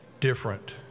different